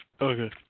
Okay